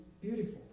beautiful